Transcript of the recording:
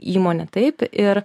įmonė taip ir